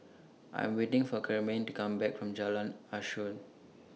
I Am waiting For Karyme to Come Back from Jalan Asuhan